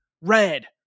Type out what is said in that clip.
red